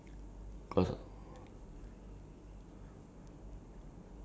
food and then next to it is like clot~ like um clothing and all lah